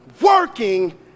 working